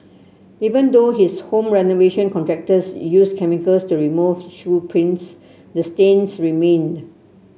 even though his home renovation contractors used chemicals to remove shoe prints the stains remained